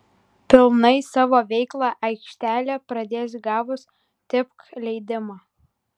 pilnai savo veiklą aikštelė pradės gavus tipk leidimą